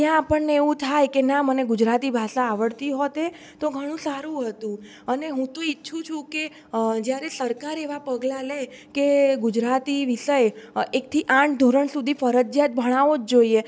ત્યાં આપણને એવું થાય કે ના મને ગુજરાતી ભાષા આવડતી હોતે તો ઘણું સારું હતું અને હું તો ઈચ્છું છું કે જ્યારે સરકાર એવાં પગલાં લે કે ગુજરાતી વિષય એકથી આઠ ધોરણ સુધી ફરજિયાત ભણાવો જ જોઈએ